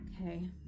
Okay